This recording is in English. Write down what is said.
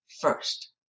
first